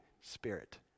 Spirit